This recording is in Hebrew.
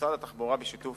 משרד התחבורה, בשיתוף